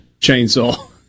chainsaw